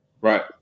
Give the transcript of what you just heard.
Right